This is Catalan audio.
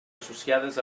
associades